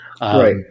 Right